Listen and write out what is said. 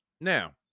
now